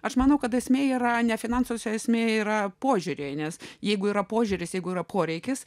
aš manau kad esmė yra ne finansuose esmė yra požiūriai nes jeigu yra požiūris jeigu yra poreikis